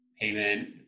payment